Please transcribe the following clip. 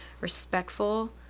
respectful